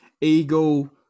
Eagle